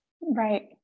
right